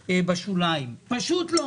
אליהם, בתי הדין סובלים מתת-תקצוב מוחלט.